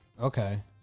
Okay